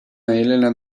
elena